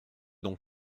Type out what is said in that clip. donc